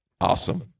Awesome